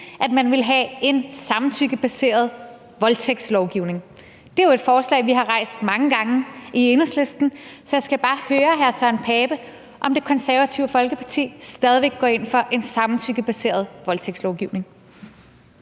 at man ville have en samtykkebaseret voldtægtslovgivning. Det er jo et forslag, vi har rejst mange gange i Enhedslisten, så jeg skal bare høre hr. Søren Pape Poulsen, om Det Konservative Folkeparti stadig væk går ind for en samtykkebaseret voldtægtslovgivning.